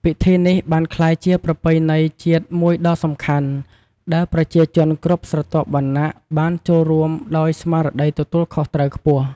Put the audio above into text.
ពិធីនេះបានក្លាយជាប្រពៃណីជាតិមួយដ៏សំខាន់ ដែលប្រជាជនគ្រប់ស្រទាប់វណ្ណៈបានចូលរួមដោយស្មារតីទទួលខុសត្រូវខ្ពស់។